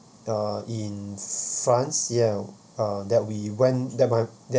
uh in france ya uh that we went that my that